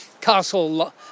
Castle